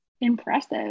impressive